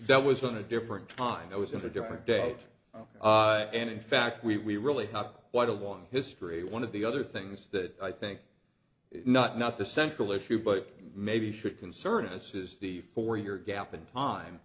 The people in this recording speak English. that was on a different time it was in a different date and in fact we really have quite a long history one of the other things that i think is not not the central issue but maybe should concern us is the for your gap in time